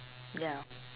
ya